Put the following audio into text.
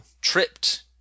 tripped